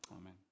Amen